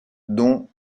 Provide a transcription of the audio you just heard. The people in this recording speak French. donc